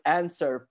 answer